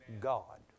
God